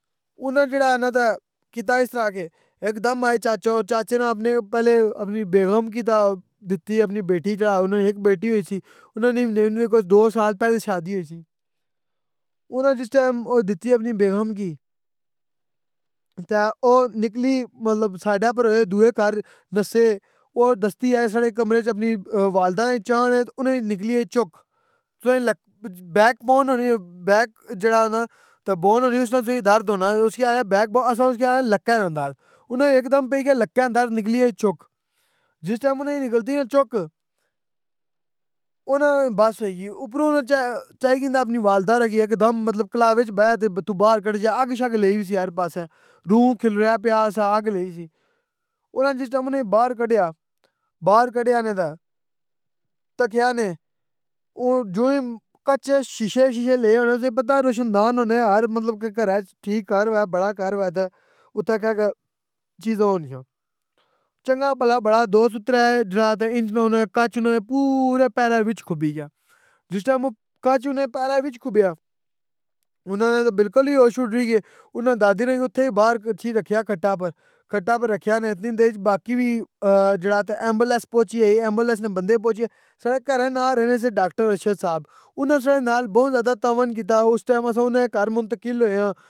اننا نا جیڑا نا کے کیتا اس طرح کے، ہیک دم آے چاچا ہور، چچا ہور جیڑے پہلے سے اپنی بیگم کی دا دیتی ای، اننا نی ایک بیٹی ہوئی سی۔ اننا نی اے کوئی دو سال پہلے شادی ہوئی سی۔ اننا جس ٹائم او دیتی اپنی بیگم کی، تے او نکلی مطلب سائیڈ اوپر دوئے کھر دسسے۔ او دستی آئے ساڑے کمرے اچ اپنی ولدہ کے چاہ نے اننا نے نکلی اے چک۔ بیک بون ہونی اے بیک جیڑا نا بون ہونی نا بون ہونی نا تے اسنا بڑا درد ہونا۔ اس کی آخیا بیک بون، اسساں اس کی آخیا لککا نا درد، اننا ہیک دم پئی گیا لک کا نا درد نکلی اے چک۔ جس ٹائم اننا نی نکلدی اے چک اننا نی بس بس ہوئی ائی۔ اپرو تے چاہ اے، چاہی کیتا اپنی والدہ کی ہیک دم اپنے کلاوے وچ بائا تے ہیک دم اتھاں باہر کڈھ جیا، آگ شگ لئی نی سی ہر پاسے، روح کھرا پیا سا آگ لئی سی۔ اننا جس ٹائم باھر کڈیا، جس ٹائم باہر کڈیا نا تے، تے کیا نے او جو ای کچ اے شیشہ اے، شیشہ لئے ہونے سے، تساں پتہ اے ہر روشندان ہونے ہر مطلب کے کھرا اچ ٹھیک کھر ہوئے تے بڑا کھر ہوئے تے اتھے کہ کے چیزاں ہونا نیاں۔ چنگا پلا بڑا دو سو ترے انج نا کچ اننا نے پورے! پیرا وچ کھبی گیا، جس ویلے کچ پیرا وچ کھبی گیا، اننا نے تے بلکل ای ہوش اڈری گئے۔ اننا دادی اپر باہر رکھیا کھٹ آ اپر۔ کھٹ اپر رکھیا نے، باقی وی جیڑا ایمبولینس پہنچی گئی۔ امبولینس نے بندے پہنچی گئے، ساڑے کھرا نال رہنے سے ڈاکٹر ارشد صاحب، اننا اس ٹائم ساڑے نال بہت تعاون کیتا، اس اننا نے کھر منتقل ہویاں۔